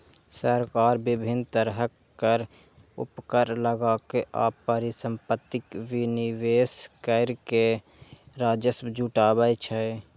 सरकार विभिन्न तरहक कर, उपकर लगाके आ परिसंपत्तिक विनिवेश कैर के राजस्व जुटाबै छै